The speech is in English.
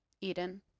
Eden